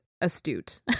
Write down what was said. astute